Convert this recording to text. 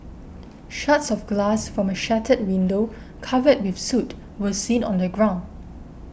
shards of glass from a shattered window covered with soot were seen on the ground